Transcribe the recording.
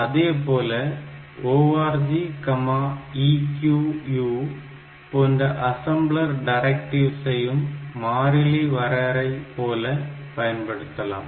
அதேபோல org EQU போன்ற assembler டைரக்ட்டிவ்சையும் மாறிலி வரையறை போல பயன்படுத்தலாம்